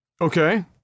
okay